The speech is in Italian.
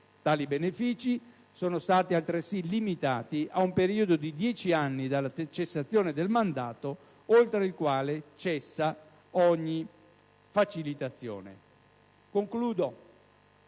Tali benefìci sono stati altresì limitati a un periodo di 10 anni dalla cessazione dal mandato, oltre il quale cessa ogni facilitazione. Concludo